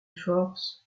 force